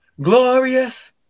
glorious